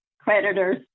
creditors